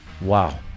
wow